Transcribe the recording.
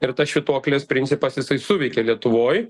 ir tas švytuoklės principas jisai suveikė lietuvoj